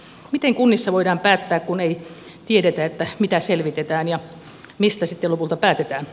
miten kunnissa voidaan päättää kun ei tiedetä mitä selvitetään ja mistä sitten lopulta päätetään